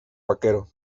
vaquero